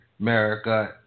America